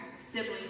sibling